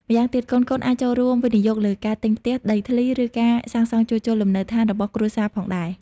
ម្យ៉ាងទៀត កូនៗអាចចូលរួមវិនិយោគលើការទិញផ្ទះ ដីធ្លី ឬការសាងសង់ជួសជុលលំនៅឋានរបស់គ្រួសារផងដែរ។